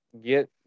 Get